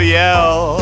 yell